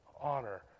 honor